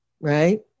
Right